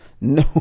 No